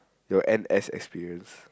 your n_s experience